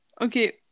Okay